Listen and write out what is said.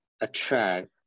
attract